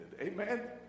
Amen